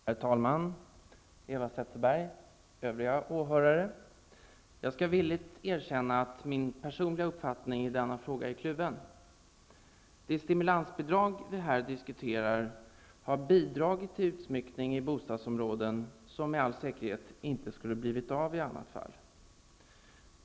Herr talman! Eva Zetterberg, övriga åhörare! Jag skall villigt erkänna att min personliga uppfattning i denna fråga är kluven. Det stimulansbidrag vi här diskuterar har möjliggjort en utsmyckning av olika bostadsområden som med all sannolikhet inte skulle ha blivit av i annat fall.